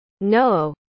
No